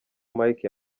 mike